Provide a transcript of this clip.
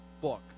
book